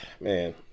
man